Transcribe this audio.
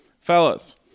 Fellas